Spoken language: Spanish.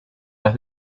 las